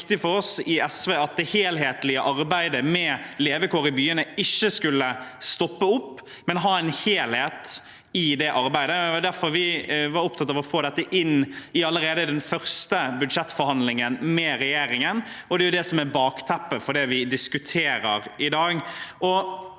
Det var viktig for oss i SV at det helhetlige arbeidet med levekår i byene ikke skulle stoppe opp, men at man skulle ha en helhet i det arbeidet. Det var derfor vi var opptatt av å få dette inn allerede i den første budsjettforhandlingen med regjeringen, og det er det som er bakteppet for det vi diskuterer i dag.